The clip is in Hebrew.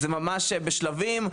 זה בשלבים,